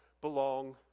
belong